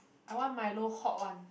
I want milo hot one